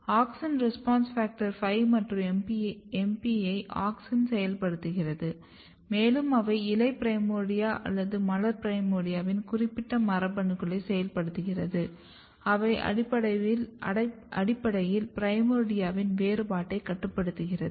AUXIN RESPONSE FACTOR 5 மற்றும் MP யை auxin செயல்படுத்துகிறது மேலும் அவை இலை பிரைமோர்டியா அல்லது மலர் பிரைமோர்டியாவின் குறிப்பிட்ட மரபணுக்களை செயல்படுத்துகிறது அவை அடிப்படியில் பிரைமோர்டியாவின் வேறுபாட்டை கட்டுப்படுத்துகிறது